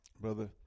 Brother